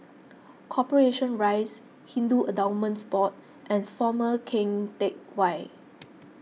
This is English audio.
Corporation Rise Hindu Endowments Board and former Keng Teck Whay